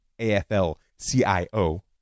AFL-CIO